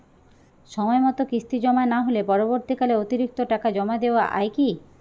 সময় মতো কিস্তি জমা না হলে পরবর্তীকালে অতিরিক্ত টাকা জমা দেওয়া য়ায় কি?